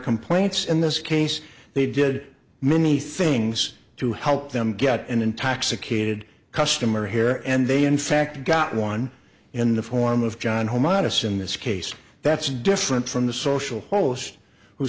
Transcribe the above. complaints in this case they did many things to help them get an intoxicated customer here and they in fact got one in the form of john home on a sin this case that's different from the social host who